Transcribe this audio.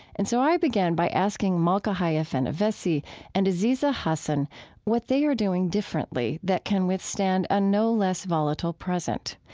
and so i began by asking malka haya fenyvesi and aziza hasan what they are doing differently that can withstand a no less volatile present.